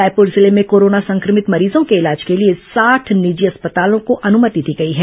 रायपुर जिले में कोरोना संक्रमित मरीजों के इलाज के लिए साठ निजी अस्पतालों को अनुमति दी गई है